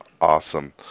Awesome